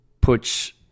puts